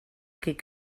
aquell